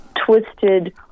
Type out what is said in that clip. twisted